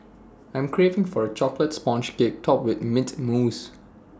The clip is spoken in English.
I'm craving for A Chocolate Sponge Cake Topped with Mint Mousse